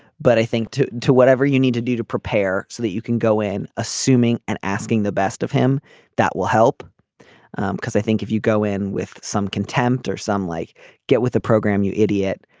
but i think to do whatever you need to do to prepare so that you can go in assuming and asking the best of him that will help because i think if you go in with some contempt or some like get with the program you idiot.